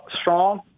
strong